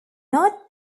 not